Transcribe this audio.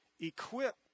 equip